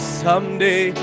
someday